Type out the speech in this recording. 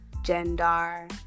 Gender